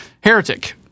heretic